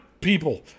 people